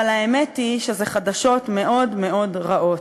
אבל האמת היא שאלה חדשות מאוד מאוד רעות.